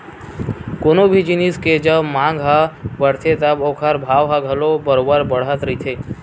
कोनो भी जिनिस के जब मांग ह बड़थे तब ओखर भाव ह घलो बरोबर बड़त रहिथे